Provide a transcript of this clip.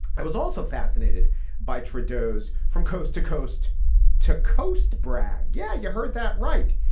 i was also fascinated by trudeau's from coast to coast to coast. brad yeah. you heard that right.